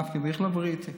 דווקא באיכילוב ראיתי.